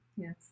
Yes